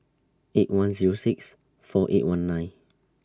eight one Zero six four eight one nine